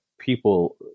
people